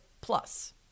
plus